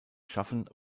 schaffen